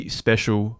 special